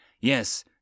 Yes